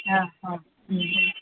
ಹಾಂ ಹಾಂ ಹ್ಞೂ ಹ್ಞೂ